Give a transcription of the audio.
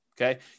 okay